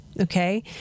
Okay